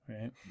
right